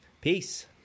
Peace